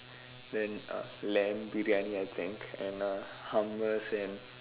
then uh lamb Briyani I think and uh hummus and